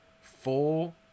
full